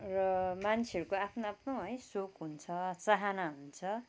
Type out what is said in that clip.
र मान्छेहरूको आफ्नो आफ्नो है सोख हुन्छ चाहाना हुन्छ